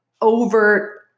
overt